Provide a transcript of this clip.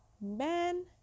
Man